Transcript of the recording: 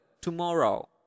tomorrow